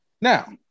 Now